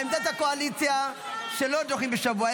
עמדת הקואליציה היא שלא דוחים בשבוע,